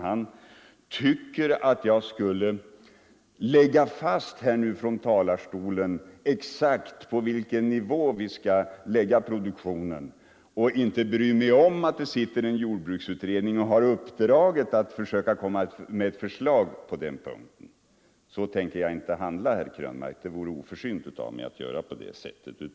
Han tyckte att jag borde lägga fast här från talarstolen exakt på vilken nivå vi skall hålla produktionen och inte bry mig om att det finns en jordbruksutredning som har uppdraget att försöka komma med förslag på den punkten. Så tänker jag inte handla, herr Krönmark. Det vore oförsynt av mig att göra på det sättet.